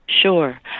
Sure